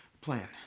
Plan